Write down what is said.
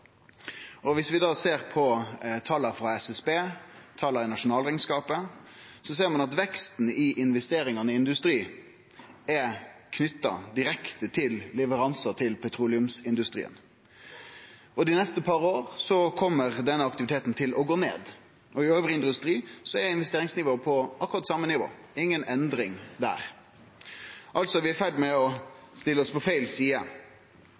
vi ser på tala frå SSB, tala i nasjonalrekneskapen, ser vi at veksten i investeringar i industri er knytt direkte til leveransar til petroleumsindustrien. Dei neste par åra kjem denne aktiviteten til å gå ned. For industrien elles er investeringsnivået på akkurat same nivå – inga endring der. Vi er altså i ferd med å stille oss på feil side.